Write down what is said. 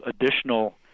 additional